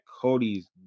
Cody's